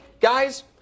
guys